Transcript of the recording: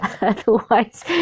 otherwise